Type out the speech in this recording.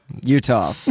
utah